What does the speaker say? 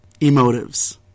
emotives